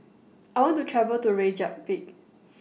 I want to travel to Reykjavik